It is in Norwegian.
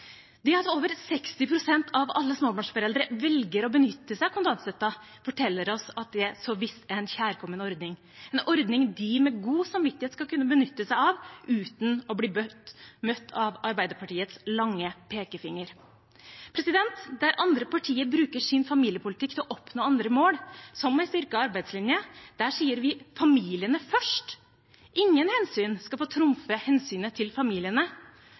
Det at over 60 pst. av alle småbarnsforeldre velger å benytte seg av kontantstøtten, forteller oss at det så visst er en kjærkommen ordning, en ordning de med god samvittighet skal kunne benytte seg av uten å bli møtt av Arbeiderpartiets lange pekefinger. Der andre partier bruker sin familiepolitikk til å oppnå andre mål, som en styrket arbeidslinje, sier vi: familiene først. Ingen hensyn skal få trumfe hensynet til familiene.